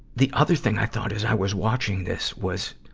the other thing i thought as i was watching this was,